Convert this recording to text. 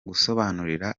gusobanurira